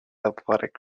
athletic